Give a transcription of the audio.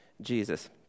Jesus